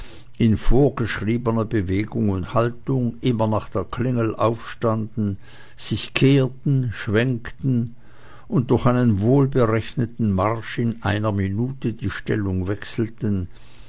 in vorgeschriebener bewegung und haltung immer nach der klingel aufstanden sich kehrten schwenkten und durch einen wohlberechneten marsch in einer minute die stellung wechselten